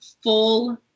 full